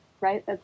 Right